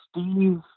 Steve